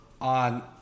on